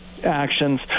actions